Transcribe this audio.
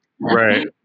right